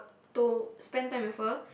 to spend time with her